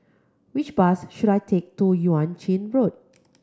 which bus should I take to Yuan Ching Road